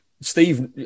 Steve